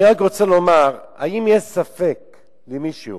אני רק רוצה לומר, האם יש ספק למישהו